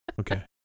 Okay